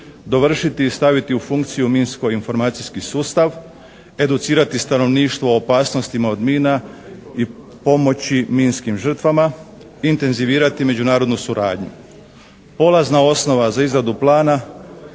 dovršiti i staviti u funkciju minsko-informacijski sustav, educirati stanovništvo o opasnostima od mina i pomoći minskim žrtvama, intenzivirati međunarodnu suradnju. Polazna osnova za izradu plana